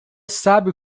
sabe